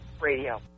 Radio